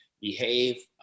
behave